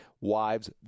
wives